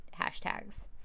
hashtags